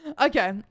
Okay